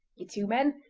ye two men,